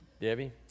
Debbie